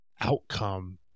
outcome